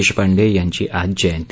देशपांडे यांची आज जयंती